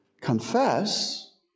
Confess